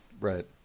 Right